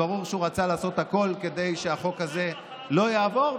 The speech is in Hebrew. ברור שהוא רצה לעשות הכול כדי שהחוק הזה לא יעבור,